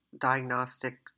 diagnostic